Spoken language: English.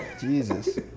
Jesus